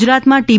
ગુજરાતમાં ટી